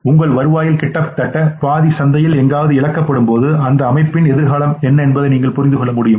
உங்கள் வருவாயில் கிட்டத்தட்ட பாதிசந்தையில் எங்காவது இழக்கப்படும் போதுஅந்த அமைப்பின் எதிர்காலம் என்ன என்பதை நீங்கள் புரிந்து கொள்ளலாம்